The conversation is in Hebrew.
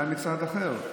אולי מצד אחר,